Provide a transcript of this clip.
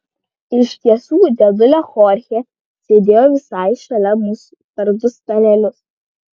iš tiesų dėdulė chorchė sėdėjo visai šalia mūsų per du stalelius